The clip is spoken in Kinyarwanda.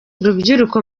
rubyiruko